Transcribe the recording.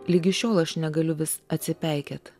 ligi šiol aš negaliu vis atsipeikėt